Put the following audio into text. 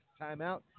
timeout